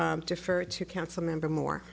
to council member more